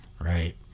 right